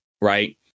right